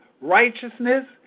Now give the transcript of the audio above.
Righteousness